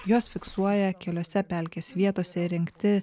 juos fiksuoja keliose pelkės vietose įrengti